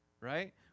right